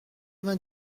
vingt